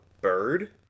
bird